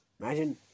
Imagine